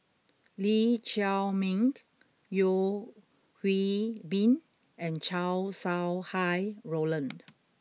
Lee Chiaw Meng Yeo Hwee Bin and Chow Sau Hai Roland